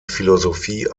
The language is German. philosophie